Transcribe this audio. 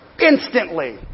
instantly